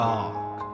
Dark